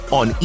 on